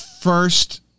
first